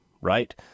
right